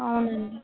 అవునండి